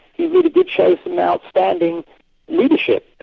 he really did show some outstanding leadership. he